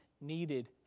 needed